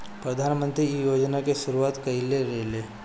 प्रधानमंत्री इ योजना के शुरुआत कईले रलें